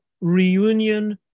reunion